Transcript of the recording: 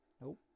Nope